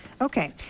okay